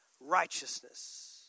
Righteousness